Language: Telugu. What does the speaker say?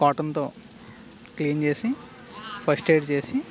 కాటన్తో క్లీన్ చేసి ఫస్ట్ ఎయిడ్ చేసి